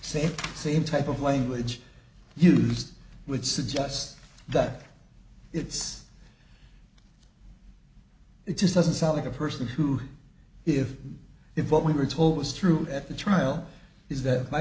the same type of language used which suggests that it's it just doesn't sound like a person who if if what we were told was true at the trial is that my